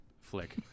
flick